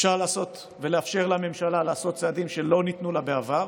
אפשר לאפשר לממשלה לעשות צעדים שלא ניתנו לה בעבר.